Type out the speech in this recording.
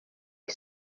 iri